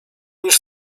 niż